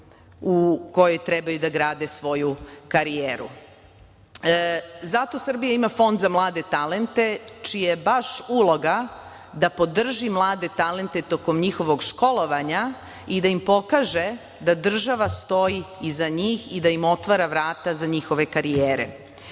u kojoj trebaju da grade svoju karijeru. Zato Srbija ima Fond za mlade talente čija je baš uloga da podrži mlade talente tokom njihovog školovanja i da im pokaže da država stoji iza njih i da im otvara vrata za njihove karijere.